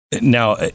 Now